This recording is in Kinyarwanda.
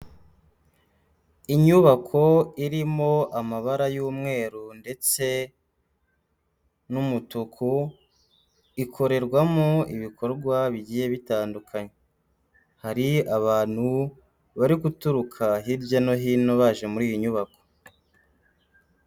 Inyubako irimo amabara y'umweru ndetse n'umutuku, ikorerwamo ibikorwa bigiye bitandukanye, hari abantu bari guturuka hirya no hino baje muri iyi nyubako.